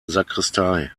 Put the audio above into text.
sakristei